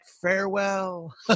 farewell